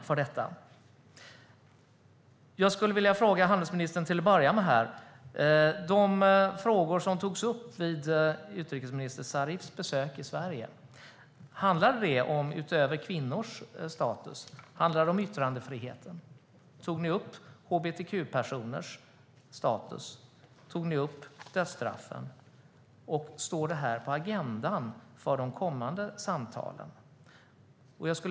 Jag skulle till att börja med vilja fråga handelsministern: Vilka frågor togs upp vid utrikesminister Zarifs besök i Sverige utöver kvinnors status? Tog ni upp yttrandefriheten? Tog ni upp hbtq-personers status? Tog ni upp dödsstraffen? Står det här på agendan för de kommande samtalen?